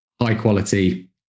high-quality